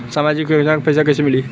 सामाजिक योजना के पैसा कइसे मिली?